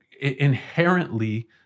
inherently